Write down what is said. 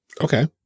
Okay